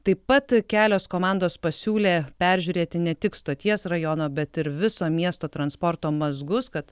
taip pat kelios komandos pasiūlė peržiūrėti ne tik stoties rajono bet ir viso miesto transporto mazgus kad